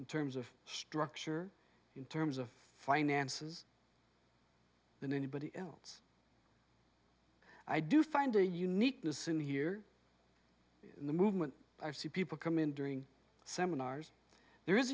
in terms of structure in terms of finances than anybody else i do find a uniqueness in here in the movement i see people come in during seminars there